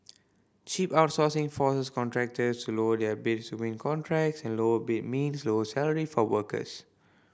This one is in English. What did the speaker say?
cheap outsourcing forces contractors to lower their bids to win contracts and lower bid mean lower salaries for workers